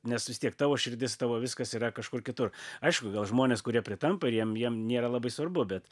nes vis tiek tavo širdis tavo viskas yra kažkur kitur aišku gal žmonės kurie pritampa ir jiem jiem nėra labai svarbu bet